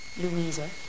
Louisa